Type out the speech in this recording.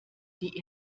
die